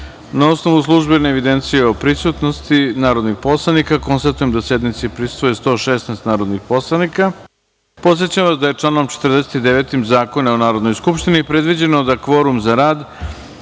osnovu službene evidencije o prisutnosti narodnih poslanika, konstatujem da sednici prisustvuje 116 narodnih poslanika. Podsećam vas da je članom 49. Zakona o Narodnoj skupštini predviđeno da kvorum za rad